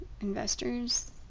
investors